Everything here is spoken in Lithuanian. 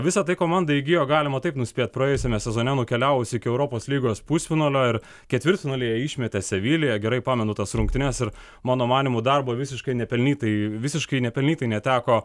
visa tai komanda įgijo galima taip nuspėt praėjusiame sezone nukeliavusi iki europos lygos pusfinalio ir ketvirtfinalyje išmetė seviliją gerai pamenu tas rungtynes ir mano manymu darbo visiškai nepelnytai visiškai nepelnytai neteko